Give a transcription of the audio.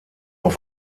auf